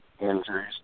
Injuries